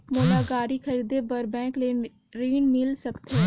मोला गाड़ी खरीदे बार बैंक ले ऋण मिल सकथे?